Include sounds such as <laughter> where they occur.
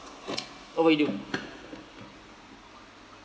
<noise> what will you do